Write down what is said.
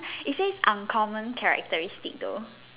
it says uncommon characteristic though